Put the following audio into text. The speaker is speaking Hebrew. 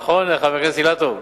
נכון, חבר הכנסת אילטוב?